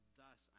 thus